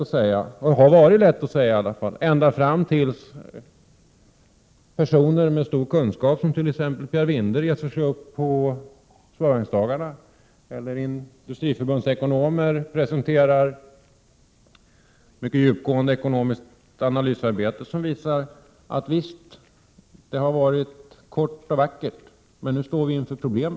Det har i varje fall varit lätt att säga detta tills personer med stor kunskap som Pierre Vinde uttalar sig under Sparbanksdagarna eller när Industriförbundets ekonomer presenterar ett mycket djupgående ekonomiskt analysarbete som visar att det under en kort tid visst har varit bra, men att vi nu står inför problem.